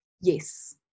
Yes